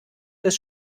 des